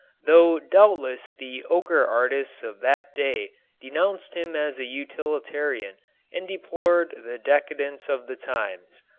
though doubtless the ocher artists of that day denounced him as a utilitarian and deplored the decadence of the times.